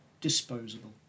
disposable